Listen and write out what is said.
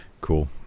Cool